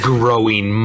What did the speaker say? growing